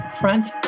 Front